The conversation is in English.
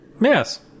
Yes